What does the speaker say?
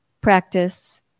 practice